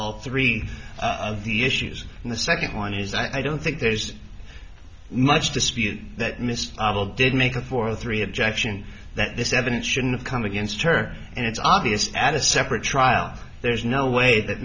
all three of the issues and the second one is i don't think there's much dispute that mr udell did make a for three objection that this evidence shouldn't come against her and it's obvious add a separate trial there is no way that